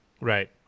Right